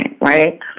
right